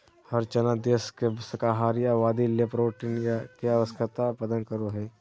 हरा चना देश के शाकाहारी आबादी ले प्रोटीन के आवश्यकता प्रदान करो हइ